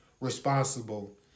responsible